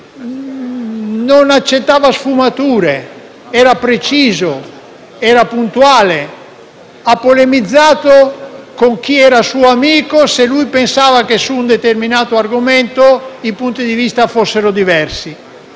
non accettava sfumature: era preciso, era puntuale e ha polemizzato anche con chi era suo amico, se pensava che su un determinato argomento i punti di vista fossero diversi.